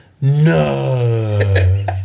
No